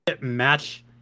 match